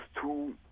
two